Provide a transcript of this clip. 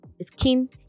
skin